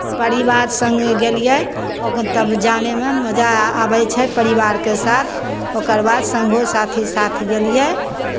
परिवार सङ्गहेँ गेलियै ओकर तब जानेमे मजा आबै छै परिवारके साथ ओकर बाद सङ्गो साथी साथ गेलियै